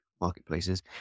marketplaces